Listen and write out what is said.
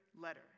letter